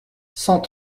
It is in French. cent